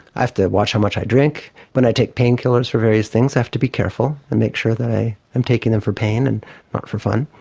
i have to watch how much i drink. when i take painkillers for various things i have to be careful and make sure that i am taking them for pain and not for fun.